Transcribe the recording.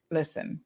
listen